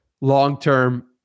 long-term